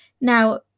Now